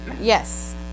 Yes